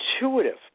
intuitive